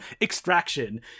Extraction